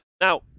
Now